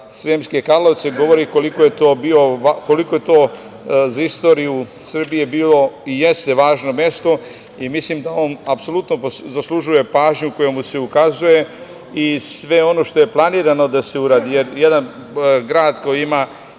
Sremske Karlovce, govore koliko ko je to za istoriju Srbije bilo i jeste važno mesto. Mislim da on apsolutno zaslužuje pažnju koja mu se ukazuje i sve ono što je planirano da se uradi, jer jedan grad koji ima